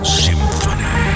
symphony